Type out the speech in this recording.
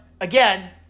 again